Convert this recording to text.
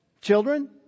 Children